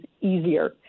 easier